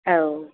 औ